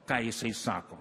ką jisai sako